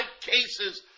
cases